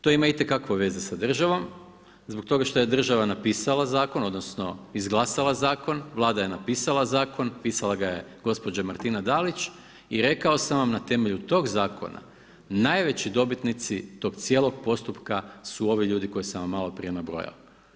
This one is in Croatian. To ima itekako veze sa državom, zbog toga što je država napisala Zakon, odnosno izglasala Zakon, Vlada je napisala Zakon, pisala ga je gospođa Martina Dalić i rekao sam vam, na temelju tog Zakona najveći dobitnici tog cijelog postupka su ovi ljudi koje sam vam malo prije nabrojao.